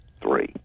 three